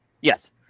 Yes